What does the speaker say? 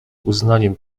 uznaniem